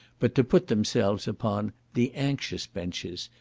but to put themselves upon the anxious benches,